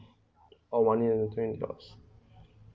orh one year twenty dollars